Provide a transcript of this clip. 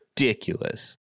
ridiculous